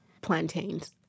plantains